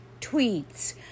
tweets